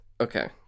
Okay